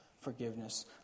forgiveness